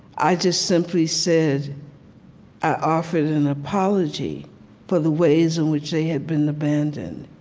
i just simply said i offered an apology for the ways in which they had been abandoned.